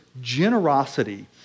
generosity